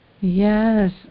Yes